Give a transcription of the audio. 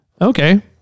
okay